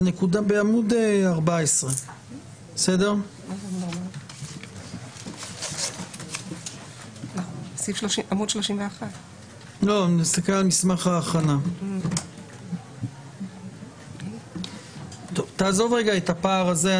בעמוד 14. תעזוב רגע את הפער הזה.